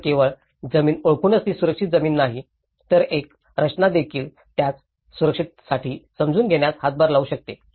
तर केवळ जमीन ओळखूनच ती सुरक्षित जमीन नाही तर एक रचनादेखील त्यास सुरक्षेसाठी समजून घेण्यास हातभार लावू शकते